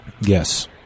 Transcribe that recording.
Yes